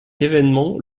événement